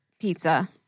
pizza